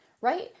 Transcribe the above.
right